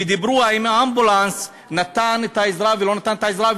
ושאלו האם האמבולנס נתן את העזרה או לא נתן את העזרה,